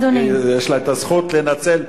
יש לה את הזכות לנצל,